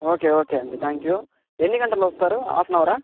okay okay అండి thank you ఎన్ని గంటల్లో వస్తారు హాఫ్ అన్ అవారా